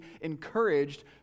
encouraged